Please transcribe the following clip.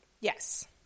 Yes